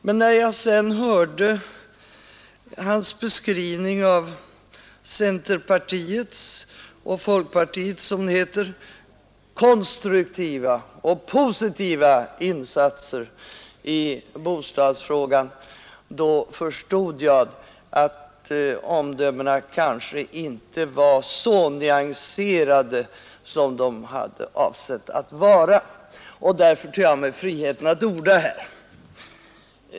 Men när jag sedan hörde utskottsordförandens beskrivning av centerpartiets och folkpartiets konstruktiva och positiva insatser i bostadsfrågan — som det hette — förstod jag att omdömena kanske inte var så nyanserade som de var avsedda att vara. Och därför tar jag mig nu friheten att orda här.